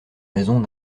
raisons